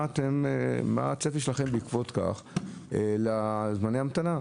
מה הצפי שלכם לגבי זמני ההמתנה?